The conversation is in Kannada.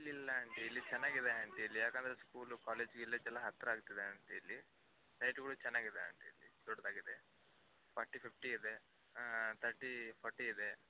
ಇಲ್ಲ ಇಲ್ಲ ಆಂಟಿ ಇಲ್ಲಿ ಚೆನ್ನಾಗಿದೆ ಆಂಟಿ ಇಲ್ಲಿ ಯಾಕೆಂದ್ರೆ ಸ್ಕೂಲು ಕಾಲೇಜ್ ಗೀಲೆಜೆಲ್ಲ ಹತ್ರ ಆಗ್ತದೆ ಆಂಟಿ ಇಲ್ಲಿ ಸೈಟುಗಳು ಚೆನ್ನಾಗಿದೆ ಆಂಟಿ ಇಲ್ಲಿ ದೊಡ್ದಾಗಿದೆ ಫೊರ್ಟಿ ಫಿಫ್ಟಿ ಇದೆ ಹಾಂ ತರ್ಟಿ ಫೊರ್ಟಿ ಇದೆ